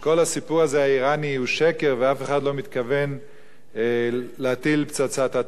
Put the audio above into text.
הוא שקר ואף אחד לא מתכוון להטיל פצצת אטום ולהשמיד את ישראל.